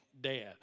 dad